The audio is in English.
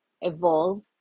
evolve